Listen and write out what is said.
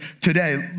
today